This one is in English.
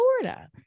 Florida